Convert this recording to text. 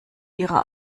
ihrer